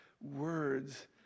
words